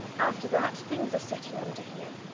after that things are set in order here,